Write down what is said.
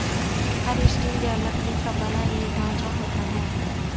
हल स्टील या लकड़ी का बना एक ढांचा होता है